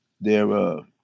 thereof